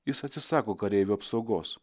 jis atsisako kareivių apsaugos